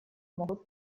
могут